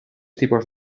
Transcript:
tipos